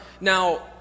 Now